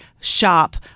shop